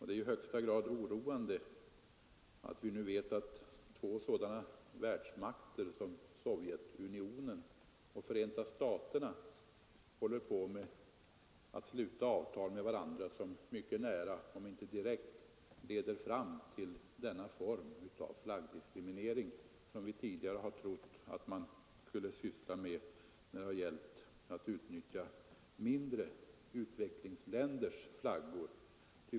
Det är då i högsta grad oroande att vi nu tror oss veta att två världsmakter som Sovjetunionen och Förenta staterna håller på att sluta avtal med varandra som mycket nära, om inte direkt, leder fram till den form av flaggdiskriminering som vi tidigare har trott att man sysslade med bara när det gällde att utnyttja mindre utvecklade länders flaggor.